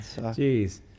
Jeez